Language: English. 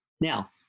Now